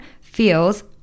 feels